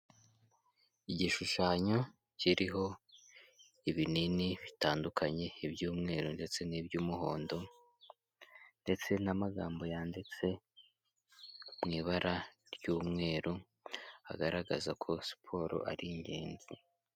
Igishushanyo kiriho ibinini bitandukanye iby'umweru ndetse n'iby'umuhondo ndetse n'amagambo yanditse mu ibara ry'umweru agaragaza ko siporo ari ingenzi.